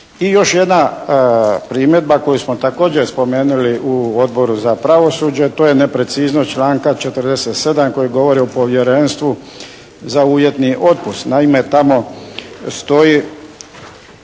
I još jedna primjedba koju smo također spomenuli u Odboru za pravosuđe to je nepreciznost članka 47. koji govori o povjerenstvu za uvjetni otpust. Naime, tamo stoji